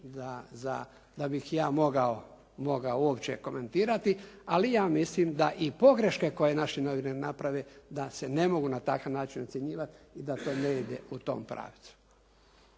da bih ja mogao uopće komentirati, ali ja mislim da i pogreške koje naši novinari naprave, da se ne mogu na takav način ocjenjivati i da ne ide u tom pravcu.